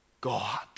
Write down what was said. God